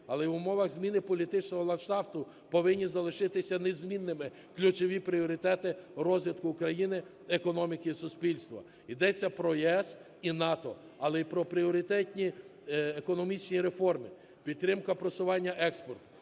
Але в умовах зміни політичного ландшафту повинні залишитися незмінними ключові пріоритети розвитку України, економіки, суспільства. Ідеться про ЄС і НАТО, але й про пріоритетні економічні реформи: підтримка просування експорту,